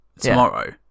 tomorrow